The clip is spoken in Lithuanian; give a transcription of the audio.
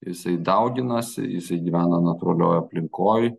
jisai dauginasi jisai gyvena natūralioj aplinkoj